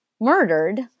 murdered